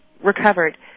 recovered